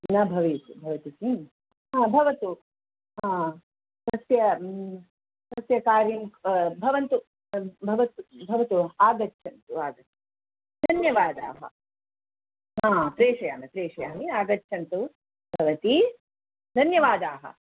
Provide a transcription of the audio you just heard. न भवत भवति किम् भवतु तस्य तस्य कार्यं भवन्तु भवतु भवतु आगच्छन्तु आगच्छ धन्यवादाः प्रेशयामि प्रशयामि आगच्छन्तु भवती धन्यवादाः